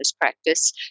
practice